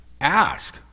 ask